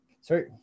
Sorry